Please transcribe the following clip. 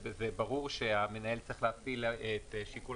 זה ברור שהמנהל צריך להפעיל את שיקול